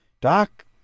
Doc